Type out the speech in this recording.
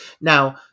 now